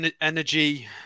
energy